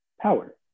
power